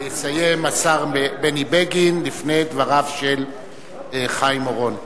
יסיים השר בני בגין, לפני דבריו של חיים אורון.